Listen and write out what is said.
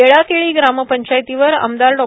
येळाकेळी ग्रामपंचायतीवर आमदार डॉ